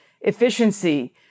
efficiency